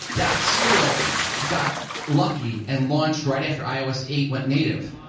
that serial got lucky and launched right after ios eight went native.